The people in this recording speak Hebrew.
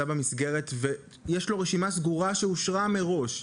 במסגרת ויש לו רשימה סגורה שאושרה מראש,